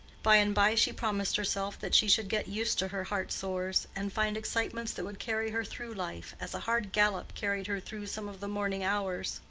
by and by she promised herself that she should get used to her heart-sores, and find excitements that would carry her through life, as a hard gallop carried her through some of the morning hours.